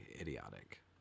idiotic